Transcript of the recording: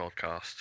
podcast